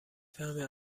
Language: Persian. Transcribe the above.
فهمه